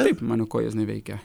taip mano kojos neveikia